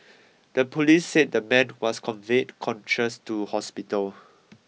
the police said the man was conveyed conscious to hospital